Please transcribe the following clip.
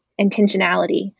intentionality